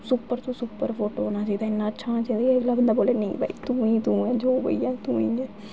super तो super photo होना चाहिदा कि बंदा बोल्लै कि नेईं भाई तूं गै तूं ऐं